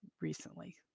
recently